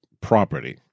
property